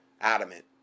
adamant